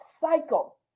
cycle